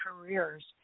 careers